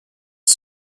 had